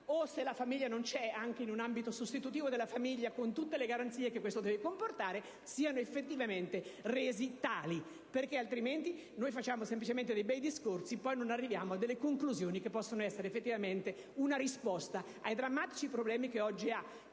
o, se la famiglia non c'è, anche in un ambito sostitutivo della famiglia, con tutte le garanzie che ciò deve comportare, siano effettivamente resi tali. Diversamente, facciamo solo dei bei discorsi, ma poi non arriviamo a conclusioni che possano costituire una risposta ai drammatici problemi che oggi ha